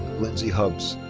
lindsey hubbs.